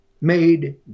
made